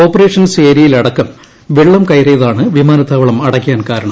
operations ഏര്യയിലടക്കം വെളളം കയറിതാണ് വിമാനത്താവളം അടയ്ക്കാൻ കാരണം